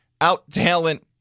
out-talent